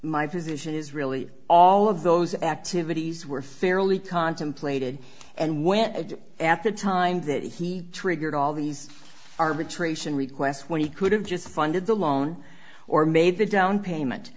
position is really all of those activities were fairly contemplated and when at the time that he triggered all these arbitration requests when he could have just funded the loan or made the down payment